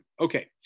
Okay